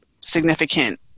significant